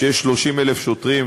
כשיש 30,000 שוטרים,